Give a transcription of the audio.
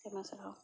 ᱟᱭᱢᱟ ᱥᱟᱨᱦᱟᱣ